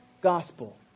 gospel